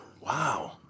Wow